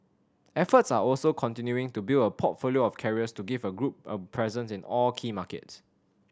efforts are also continuing to build a portfolio of carriers to give a group of presence in all key markets